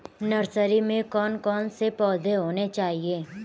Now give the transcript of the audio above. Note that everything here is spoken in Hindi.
नर्सरी में कौन कौन से पौधे होने चाहिए?